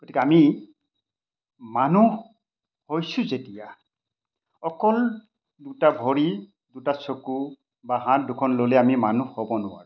গতিকে আমি মানুহ হৈছোঁ যেতিয়া অকল দুটা ভৰি দুটা চকু বা হাত দুখন ল'লে আমি মানুহ হ'ব নোৱাৰোঁ